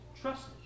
trust